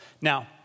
Now